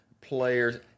players